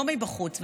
לא מבחוץ,